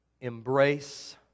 embrace